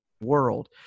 world